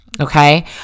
okay